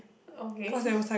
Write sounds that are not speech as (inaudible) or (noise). okay (laughs)